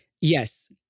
Yes